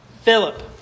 Philip